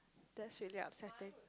that's really upsetting